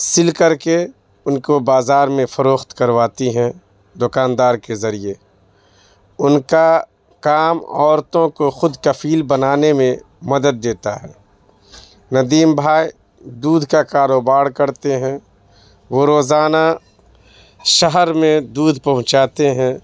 سل کر کے ان کو بازار میں فروخت کرواتی ہیں دکاندار کے ذریعے ان کا کام عورتوں کو خود کفیل بنانے میں مدد دیتا ہے ندیم بھائی دودھ کا کاروبار کرتے ہیں وہ روزانہ شہر میں دودھ پہنچاتے ہیں